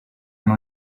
non